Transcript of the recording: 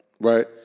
Right